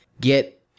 get